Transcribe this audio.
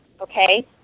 okay